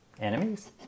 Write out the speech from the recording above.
Enemies